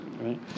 right